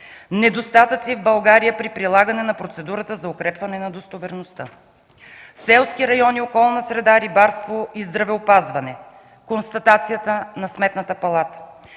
недостатъци в България при прилагане на процедурата за укрепване на достоверността”. „Селски райони, околна среда, рибарство и здравеопазване” – констатацията на Сметната палата